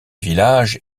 village